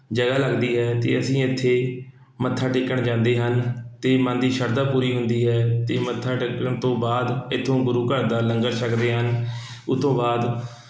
ਜਗ੍ਹਾ ਲੱਗਦੀ ਹੈ ਅਤੇ ਅਸੀਂ ਇੱਥੇ ਮੱਥਾ ਟੇਕਣ ਜਾਂਦੇ ਹਨ ਅਤੇ ਮਨ ਦੀ ਸ਼ਰਧਾ ਪੂਰੀ ਹੁੰਦੀ ਹੈ ਅਤੇ ਮੱਥਾ ਟੇਕਣ ਤੋਂ ਬਾਅਦ ਇੱਥੋਂ ਗੁਰੂ ਘਰ ਦਾ ਲੰਗਰ ਛੱਕਦੇ ਹਨ ਉਹ ਤੋਂ ਬਾਅਦ